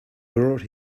brought